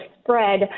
spread